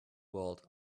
world